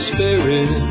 Spirit